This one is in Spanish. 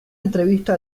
entrevista